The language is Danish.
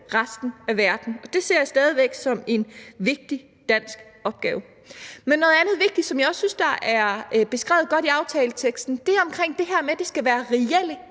resten af verden, og det ser jeg stadig væk som en vigtig dansk opgave. Men noget andet vigtigt, som jeg også synes er beskrevet godt i aftaleteksten, er det her med, at det skal være reelle